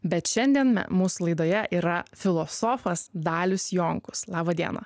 bet šiandien mūsų laidoje yra filosofas dalius jonkus laba diena